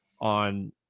on